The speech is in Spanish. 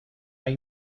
hay